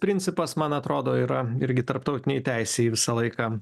principas man atrodo yra irgi tarptautinėj teisėj visą laiką